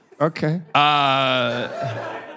Okay